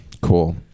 cool